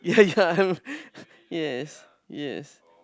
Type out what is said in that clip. yeah yeah I have yes yes